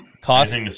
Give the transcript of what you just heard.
Cost